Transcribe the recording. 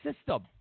system